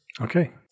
Okay